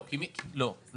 לא.